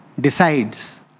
decides